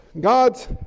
god's